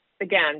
again